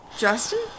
Justin